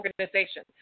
organization